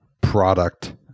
product